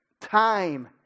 time